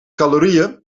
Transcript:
calorieën